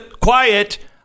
quiet